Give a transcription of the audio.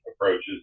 approaches